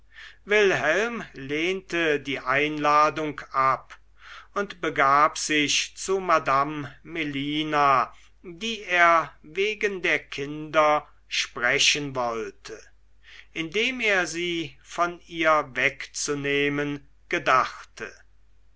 wilhelm lehnte die einladung ab und begab sich zu madame melina die er wegen der kinder sprechen wollte indem er sie von ihr wegzunehmen gedachte